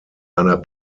einer